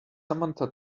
samantha